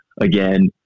again